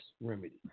Remedy